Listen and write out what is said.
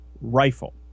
rifle